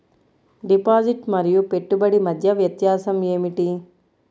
Deposit మరియు పెట్టుబడి మధ్య వ్యత్యాసం ఏమిటీ?